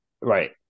right